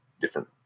different